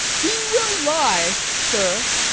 he will lie, sir,